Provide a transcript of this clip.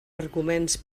arguments